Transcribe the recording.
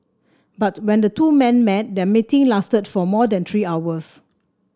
but when the two men met their meeting lasted for more than three hours